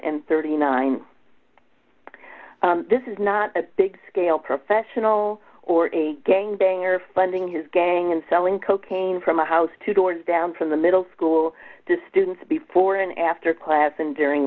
and thirty nine this is not a big scale professional or a gang banger funding his gang and selling cocaine from a house two doors down from the middle school to students before and after class and during